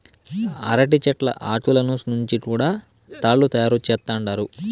అరటి చెట్ల ఆకులను నుంచి కూడా తాళ్ళు తయారు చేత్తండారు